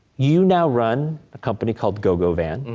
you now run a company called gogovan. and